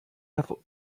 have